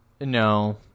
No